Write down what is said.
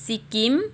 Sikkim